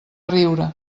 riure